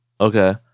okay